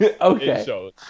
Okay